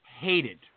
hated